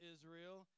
Israel